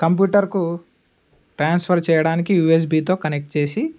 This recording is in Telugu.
కంప్యూటర్కు ట్రాన్స్ఫర్ చేయడానికి యూఎస్బీతో కనెక్ట్ చేసి